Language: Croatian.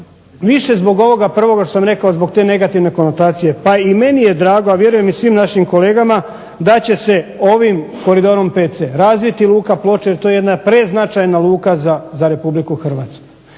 više zbog ovoga prvoga što sam rekao, zbog te negativne konotacije. Pa i meni je drago, a vjerujem i svim našim kolegama, da će se ovim Koridorom VC razviti Luka Ploče jer to je jedna preznačajna luka za RH. Izuzetno